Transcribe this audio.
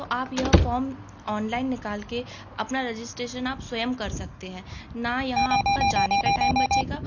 तो आप यह फॉर्म ऑनलाइन निकाल कर अपना रजिस्ट्रेशन आप स्वयं कर सकते हैं ना यहाँ आपका जाने का टाइम बचेगा